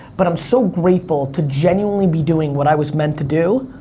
but i'm so grateful to genuinely be doing what i was meant to do,